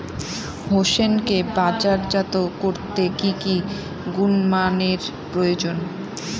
হোসেনকে বাজারজাত করতে কি কি গুণমানের প্রয়োজন?